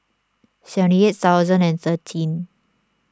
seventy eight thousand and thirteen